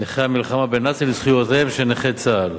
נכי המלחמה בנאצים לזכויותיהם של נכי צה"ל).